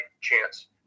chance